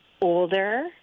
older